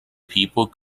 people